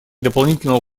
дополнительного